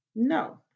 No